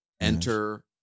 enter